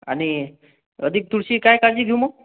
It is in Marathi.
आणि अधीक थोडीशी काय काळजी घेऊ मग